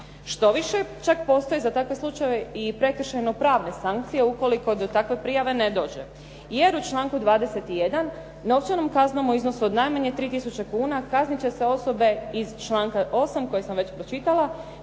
Štoviše čak za takve slučajeve postoje i prekršajno pravne sankcije ukoliko do takve prijave ne dođe. Jer u članku 21. novčanom kaznom u iznosu od najmanje 3 tisuće kuna kaznit će se osobe iz članka 8. kojeg sam već pročitala,